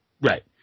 Right